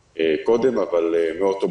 במפורט.